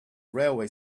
railway